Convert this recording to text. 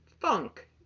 funk